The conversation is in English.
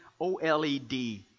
OLED